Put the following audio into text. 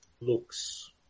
looks